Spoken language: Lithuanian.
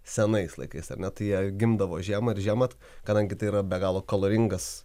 senais laikais ar ne tai jei gimdavo žiemą ir žiemą kadangi tai yra be galo kaloringas